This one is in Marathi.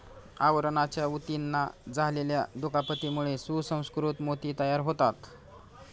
आवरणाच्या ऊतींना झालेल्या दुखापतीमुळे सुसंस्कृत मोती तयार होतात